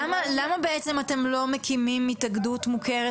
למה בעצם אתם לא מקימים התאגדות מוכרת